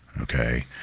okay